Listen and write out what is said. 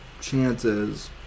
chances